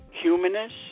humanist